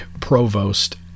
provost